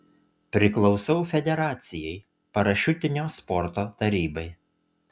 priklausau federacijai parašiutinio sporto tarybai